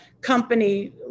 company